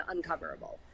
uncoverable